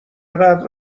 قدر